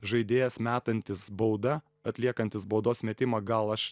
žaidėjas metantis bauda atliekantis baudos metimą gal aš